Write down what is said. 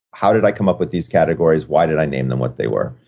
how did i come up with these categories? why did i name them what they were?